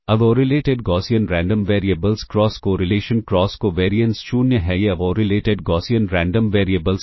uncorrelated Gaussian random variables cross correlation cross covariance 0 है ये uncorrelated Gaussian random variables हैं